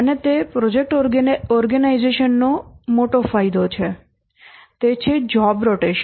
અને તે પ્રોજેક્ટ ઓર્ગેનાઇઝેશનનો મોટો ફાયદો છે તે છે જોબ રોટેશન